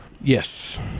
Yes